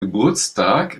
geburtstag